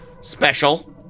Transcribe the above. Special